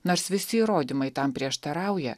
nors visi įrodymai tam prieštarauja